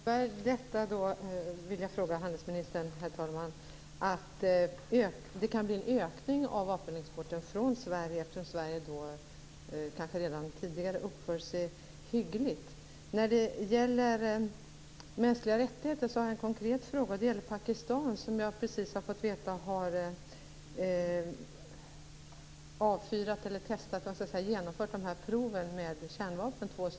Herr talman! Innebär detta - vill jag fråga handelsministern - att det kan bli en ökning av vapenexporten från Sverige eftersom Sverige kanske redan tidigare uppförde sig hyggligt? När det gäller mänskliga rättigheter har jag en konkret fråga. Det gäller Pakistan. Jag har precis fått veta att man har genomfört två stycken kärnvapenprov.